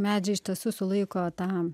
medžiai iš tiesų sulaiko tą